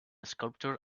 sculpture